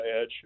edge